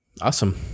awesome